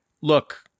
Look